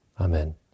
Amen